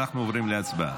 אנחנו עוברים להצבעה.